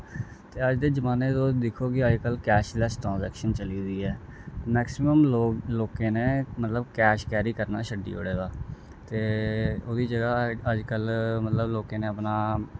ते अज्ज दे जमान्ने चे तुस दिक्खो के अज्जकल कैशलैस ट्रांजैक्शन चली दी ऐ मैकसिमम लोक लोकें ने मतलब कैश कैरी करना छड्डी ओड़े दा ते ओह्दी जगह् अज्ज कल मतलब लोकें ने अपना